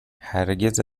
هرگز